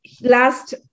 last